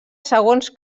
segons